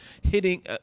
hitting